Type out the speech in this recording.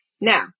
Now